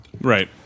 Right